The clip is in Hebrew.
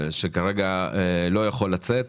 שכרגע לא יכול לצאת,